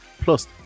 Plus